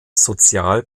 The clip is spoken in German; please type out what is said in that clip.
sozial